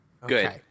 Good